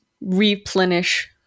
replenish